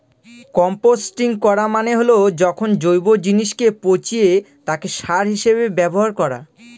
composting করা মানে হল যখন জৈব জিনিসকে পচিয়ে তাকে সার হিসেবে ব্যবহার করা